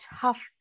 tough